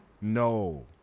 No